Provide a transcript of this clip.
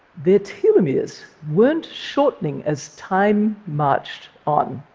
their telomeres weren't shortening as time marched on.